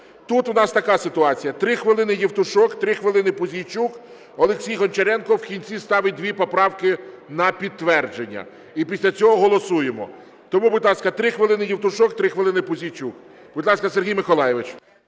Тут у нас така ситуація: 3 хвилини – Євтушок, 3 хвилини – Пузійчук, Олексій Гончаренко в кінці ставить дві поправки на підтвердження. І після цього голосуємо. Тому, будь ласка, 3 хвилини – Євтушок, 3 хвилини – Пузійчук. Будь ласка, Сергій Миколайович.